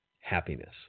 happiness